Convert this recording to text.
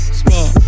spin